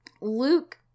luke